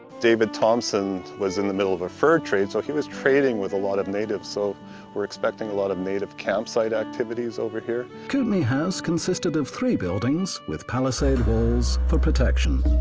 david thompson was in the middle of a fur trade so he was trading with a lot of natives so we're expecting a lot of native camp site activities over here kootenai house consisted of three buildings with palisade walls for protection.